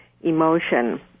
emotion